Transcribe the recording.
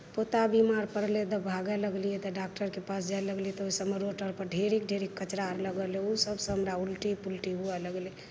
पोता बिमार पड़लै तऽ भागऽ लागलियै तऽ डाक्टरके पास जाए लगलियै तऽ ओहि सबमे रोड आर पर ढेरिक ढेरिक कचरा लगल रहै ओ सबसँ हमरा उलटी पुलती हुअ लगलै